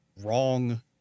wrong